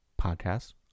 podcast